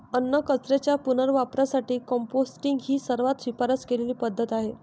अन्नकचऱ्याच्या पुनर्वापरासाठी कंपोस्टिंग ही सर्वात शिफारस केलेली पद्धत आहे